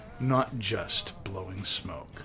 notjustblowingsmoke